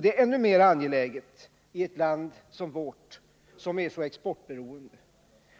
Detta är ännu mer angeläget i ett Nr 164 land som vårt som är så exportberoende.